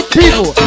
people